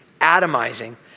atomizing